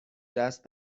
دست